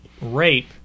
rape